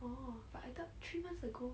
oh but I got three months ago